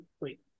wait